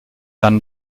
dann